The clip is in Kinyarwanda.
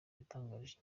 yatangarije